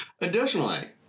Additionally